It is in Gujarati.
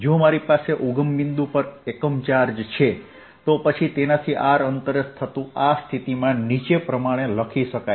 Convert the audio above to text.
જો મારી પાસે ઉગમ બિંદુ પર એકમ ચાર્જ છે તો પછી તેનાથી r અંતરે થતું આ સ્થિતિમાન નીચે પ્રમાણે લખી શકાય